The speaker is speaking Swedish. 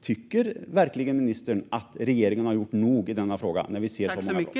Tycker verkligen ministern att regeringen har gjort nog i denna fråga när vi ser så många brott?